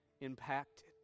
impacted